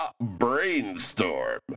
brainstorm